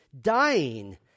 dying